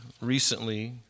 recently